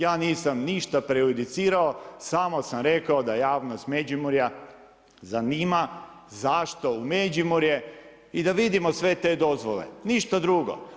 Ja nisam ništa prejudicirao, samo sam rekao da javnost Međimurja zanima zašto u Međimurje i da vidimo sve te dozvole, ništa drugo.